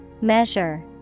Measure